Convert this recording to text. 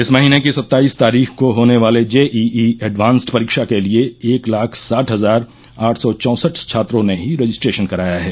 इस महीने की सत्ताईस तारीख को होने वाले जेईई एडवांस्ड परीक्षा के लिये एक लाख साठ हजार आठ सौ चौंसठ छात्रों ने ही रजिस्ट्रेशन कराया है